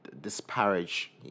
disparage